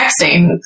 texting